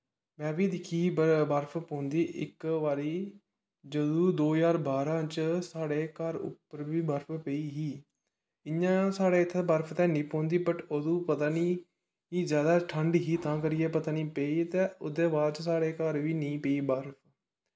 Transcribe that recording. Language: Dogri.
में बी दिक्खी बर्फ पौंदी इक बारी जंदू हजार बांरा च साढ़े घर उप्पर बी बर्फ पेई ही इयां साढ़े इत्थै बर्फ ते नेईं पौंदी बट अंदू पता नेईं कि ज्यादा ठंड ही तां करियै पता नेईं पेई ते ओहदे बाद च साढ़े घर बी नेईं पेई बर्फ